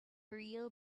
real